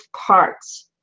parts